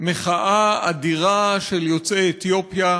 מחאה אדירה של יוצאי אתיופיה,